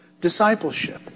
discipleship